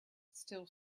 still